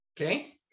Okay